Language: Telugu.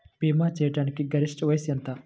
భీమా చేయాటానికి గరిష్ట వయస్సు ఎంత?